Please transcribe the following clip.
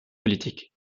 politique